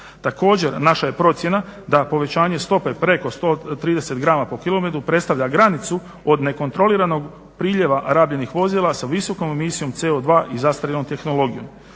Također, naša je procjena da povećanje stope preko 130 grama po kilometru predstavlja granicu od nekontroliranog priljeva rabljenih vozila sa visokom emisijom CO2 i zastarjelom tehnologijom.